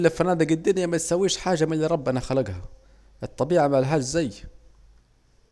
كل فنادج الدنيا متساويش حاجة من الي ربنا خلجها، الطبيعة ملهاش زي